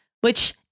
which-